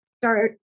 start